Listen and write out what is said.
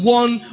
one